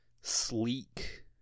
sleek